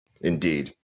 Indeed